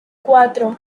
cuatro